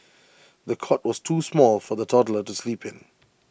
the cot was too small for the toddler to sleep in